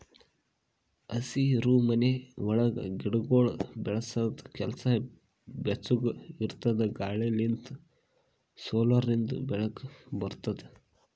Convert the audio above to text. ಹಸಿರುಮನಿ ಒಳಗ್ ಗಿಡಗೊಳ್ ಬೆಳಸದ್ ಕೆಲಸ ಬೆಚ್ಚುಗ್ ಇರದ್ ಗಾಳಿ ಲಿಂತ್ ಸೋಲಾರಿಂದು ಬೆಳಕ ಬರ್ತುದ